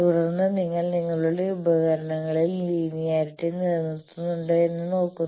തുടർന്ന് നിങ്ങൾ നിങ്ങളുടെ ഉപകരണങ്ങളിൽ ലീനിയറിറ്റി നിലനിർത്തുന്നുണ്ടോ എന്ന നോക്കുന്നു